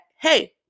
hey